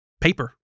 paper